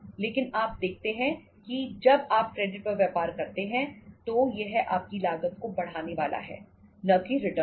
लेकिन आप देखते हैं कि जब आप क्रेडिट पर व्यापार करते हैं तो यह आपकी लागत को बढ़ाने वाला है न कि रिटर्न को